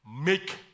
make